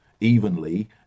evenly